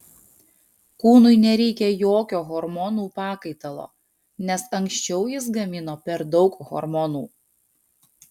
kūnui nereikia jokio hormonų pakaitalo nes anksčiau jis gamino per daug hormonų